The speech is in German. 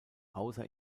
außer